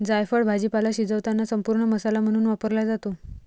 जायफळ भाजीपाला शिजवताना संपूर्ण मसाला म्हणून वापरला जातो